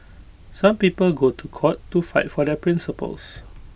some people go to court to fight for their principles